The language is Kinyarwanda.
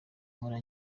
nkora